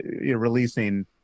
Releasing